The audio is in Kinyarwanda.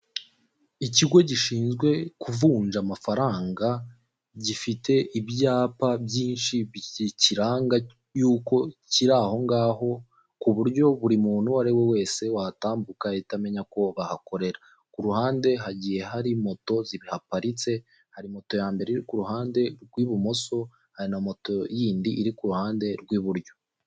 Ikigo gishinzwe kuvunja amafaranga gifite ibyapa byinshi bikiranga y'uko kiri ahongaho ku buryo buri muntu uwo ari we wese wahatambuka yahita amenya ko bahakorera. Ku ruhande hagiye hari moto zihaparitse, hari moto ya mbere iri ku ruhande rw'ibumoso, hari na moto y'indi iri ku ruhande rw'iburyo.